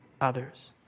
others